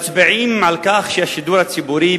מצביעים על כך שהשידור הציבורי,